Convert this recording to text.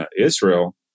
Israel